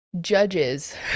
judges